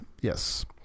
Yes